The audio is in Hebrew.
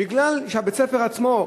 מפני שבבית-הספר עצמו,